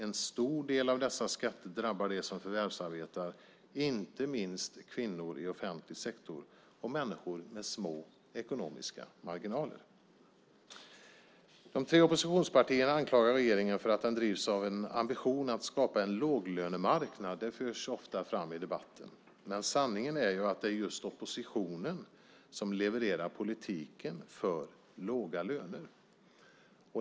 En stor del av dessa skatter drabbar dem som förvärvsarbetar och inte minst kvinnor i offentlig sektor och människor med små ekonomiska marginaler. De tre oppositionspartierna anklagar regeringen för att den drivs av en ambition att skapa en låglönemarknad. Det förs ofta fram i debatten. Sanningen är att det är just oppositionen som levererar politiken för låga löner.